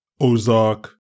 ozark